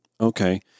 Okay